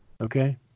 okay